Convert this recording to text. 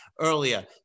earlier